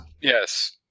Yes